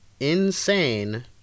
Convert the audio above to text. insane